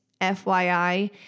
FYI